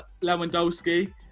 Lewandowski